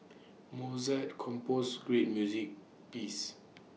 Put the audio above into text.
Mozart composed great music pieces